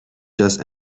just